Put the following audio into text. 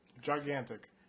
Gigantic